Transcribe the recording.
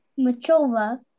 Machova